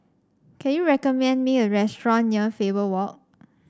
can you recommend me a restaurant near Faber Walk